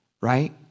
right